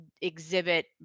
exhibit